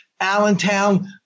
Allentown